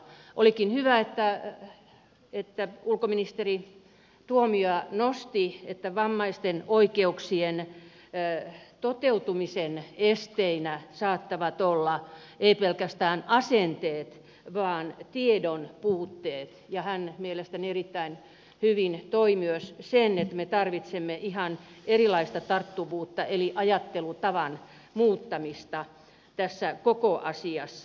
olikin hyvä että ulkoministeri tuomioja nosti että vammaisten oikeuksien toteutumisen esteinä saattavat olla ei pelkästään asenteet vaan tiedon puutteet ja hän mielestäni erittäin hyvin toi myös sen että me tarvitsemme ihan erilaista tarttuvuutta eli ajattelutavan muuttamista tässä koko asiassa